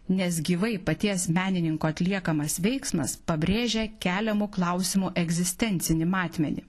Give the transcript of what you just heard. nes gyvai paties menininko atliekamas veiksmas pabrėžia keliamų klausimų egzistencinį matmenį